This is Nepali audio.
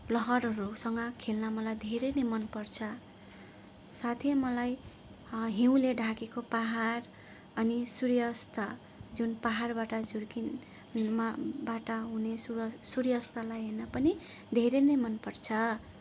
लहरहरूसँग खेल्न मलाई धेरै नै मन पर्छ साथै मलाई हिउँले ढाकेको पहाड अनि सूर्यास्त जुन पहाडबाट झुल्किन मा बाट हुने सुरज सूर्यास्तलाई हेर्न पनि धेरै नै मन पर्छ